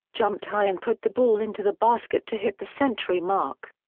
jumped high and put the ball into the basket to hit the century mark.